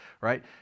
Right